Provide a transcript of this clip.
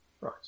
Right